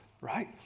right